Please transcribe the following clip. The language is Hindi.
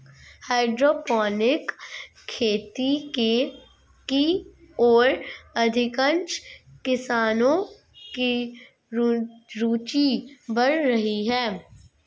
हाइड्रोपोनिक खेती की ओर अधिकांश किसानों की रूचि बढ़ रही है